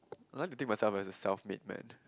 I want to take myself as a self made man